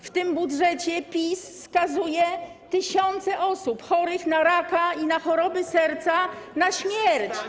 W tym budżecie PiS skazuje tysiące osób chorych na raka i na choroby serca na śmierć.